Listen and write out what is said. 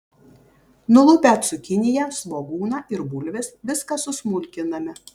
nulupę cukiniją svogūną ir bulves viską susmulkiname